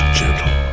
gentle